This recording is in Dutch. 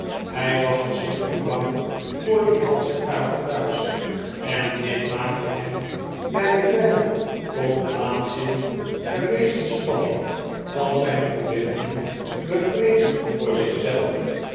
hij was verschrikkelijk bang voor die helsche kamer thuis en dit maakte hem bij de bijna tot waanzin gerezen spanning van zijn verbeelding bevreesd voor